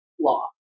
law